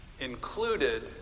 included